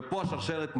ופה השרשרת נגמרת.